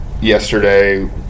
yesterday